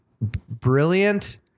brilliant